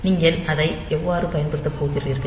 நீங்கள் அதை எவ்வாறு பயன்படுத்தப் போகிறீர்கள்